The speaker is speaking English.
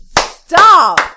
Stop